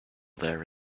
there